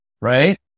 right